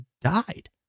died